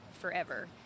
forever